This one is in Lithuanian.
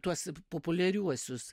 tuos populiariuosius